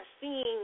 seeing